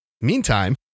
Meantime